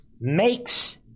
makes